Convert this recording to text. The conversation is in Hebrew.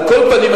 על כל פנים,